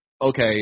okay